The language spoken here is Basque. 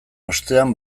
ostean